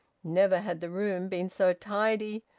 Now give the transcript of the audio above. never had the room been so tidy,